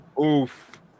Oof